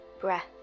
Breath